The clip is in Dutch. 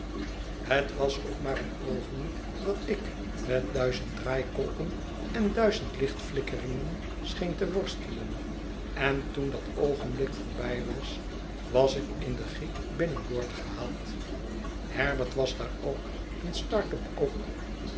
het was ook maar een oogenblik dat ik met duizend draaikolken en duizend lichtflikkeringen scheen te worstelen en toen dat oogenblik voorbij was was ik in de giek binnen boord gehaald herbert was daar ook en startop ook